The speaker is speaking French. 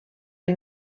les